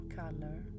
color